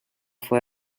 fue